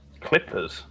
Clippers